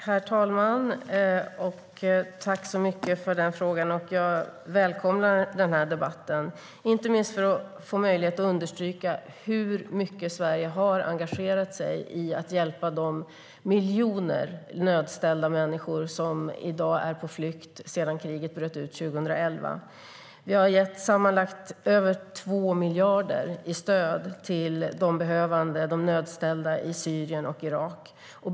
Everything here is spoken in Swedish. Herr talman! Jag tackar så mycket för frågan. Jag välkomnar denna debatt, inte minst för att få möjlighet att understryka hur mycket Sverige har engagerat sig i att hjälpa de miljoner nödställda människor som i dag är på flykt sedan kriget bröt ut 2011. Vi har gett sammanlagt över 2 miljarder i stöd till de behövande och nödställda i Syrien och Irak.